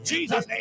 Jesus